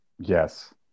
yes